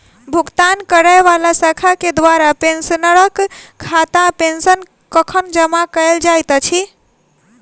भुगतान करै वला शाखा केँ द्वारा पेंशनरक खातामे पेंशन कखन जमा कैल जाइत अछि